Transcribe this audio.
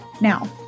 Now